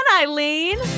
Eileen